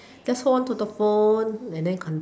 just hold onto the phone and then cont~